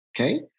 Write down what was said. Okay